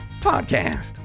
podcast